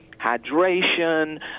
hydration